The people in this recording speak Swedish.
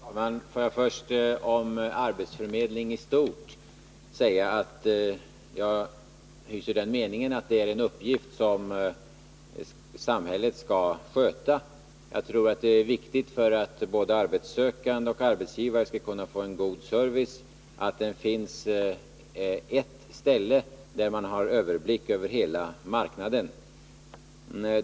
Herr talman! Får jag först om arbetsförmedling säga, att jag hyser den meningen att det är en uppgift som i stort skall skötas av samhället. Det är viktigt för att både arbetssökande och arbetsgivare skall kunna få en god service att det finns ett ställe, där man kan överblicka hela marknaden.